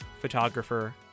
photographer